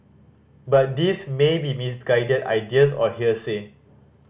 but these may be misguided ideas or hearsay